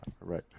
right